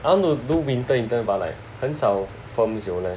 I want to do winter intern but like 很少 firms 有 leh